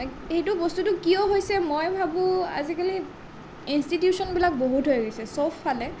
সেইটো বস্তুটো কিয় হৈছে মই ভাবোঁ আজিকালি ইঞ্চটিটিউচনবিলাক বহুত হৈ গৈছে সবফালে